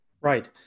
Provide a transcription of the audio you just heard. Right